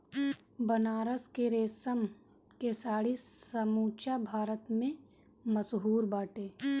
बनारस के रेशम के साड़ी समूचा भारत में मशहूर बाटे